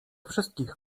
wszystkich